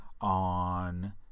on